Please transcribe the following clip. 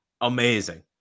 Amazing